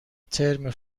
ترم